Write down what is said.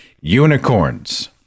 unicorns